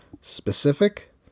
specific